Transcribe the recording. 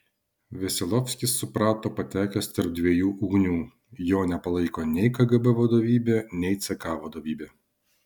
veselovskis suprato patekęs tarp dviejų ugnių jo nepalaiko nei kgb vadovybė nei ck vadovybė